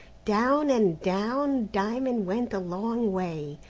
down and down diamond went a long way,